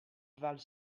valent